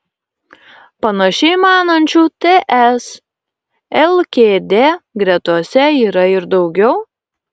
panašiai manančių ts lkd gretose yra ir daugiau